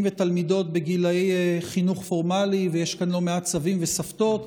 ותלמידות בגילי חינוך פורמלי ושיש כאן לא מעט סבים וסבתות,